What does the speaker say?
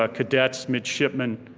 ah cadets, midshipmen,